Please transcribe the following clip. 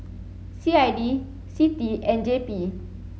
C I D C T and J P